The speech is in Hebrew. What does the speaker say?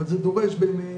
אבל זה דורש באמת